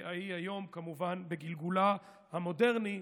והיום, בגלגולה המודרני,